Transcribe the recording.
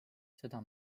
seda